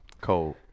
Cold